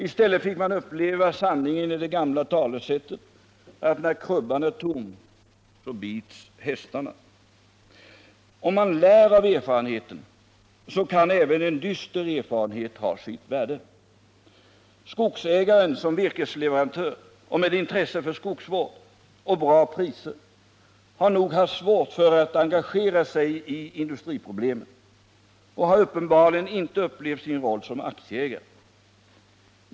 I stället fick man uppleva sanningen i det gamla talesättet: När krubban är tom så bits hästarna. Om man lär av erfarenheten så kan även en dyster erfarenhet ha sitt värde. Skogsägaren som virkesleverantör och med intresse för skogsvård och bra priser har nog haft svårt för att engagera sig i industriproblemen och har uppenbarligen inte upplevt sin roll som aktieägare.